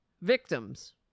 victims